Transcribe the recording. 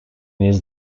his